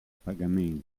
pagamento